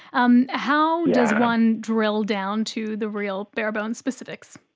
um how does one drill down to the real barebones specifics?